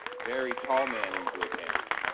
very tall man in the blue pants.